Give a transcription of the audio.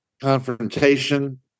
confrontation